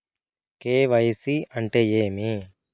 KYC అంటే ఏమి?